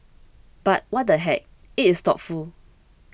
but what the heck it is thoughtful